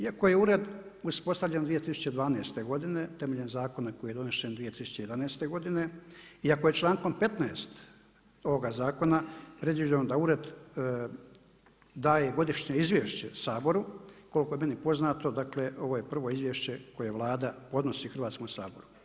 Iako je ured uspostavljen 2012. godine temeljem Zakona koji je donesen 2011. godine iako je člankom 15. ovoga Zakona predviđeno da Ured daje i godišnje izvješće Saboru, koliko je meni poznato, dakle ovo je prvo izvješće koje Vlada podnosi Hrvatskom saboru.